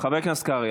חבר הכנסת קרעי,